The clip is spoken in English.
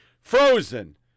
frozen